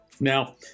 Now